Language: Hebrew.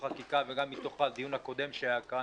החקיקה וגם מתוך הדיון הקודם שהיה כאן,